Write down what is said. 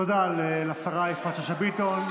תודה לשרה יפעת שאשא ביטון.